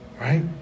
Right